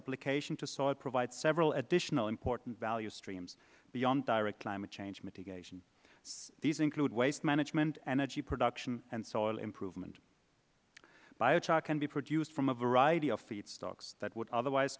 application to soil provides several additional important value streams beyond direct climate change mitigation these include waste management energy production and soil improvement biochar can be produced from a variety of feedstocks that would otherwise